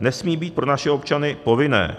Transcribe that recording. nesmí být pro naše občany povinné.